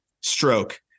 stroke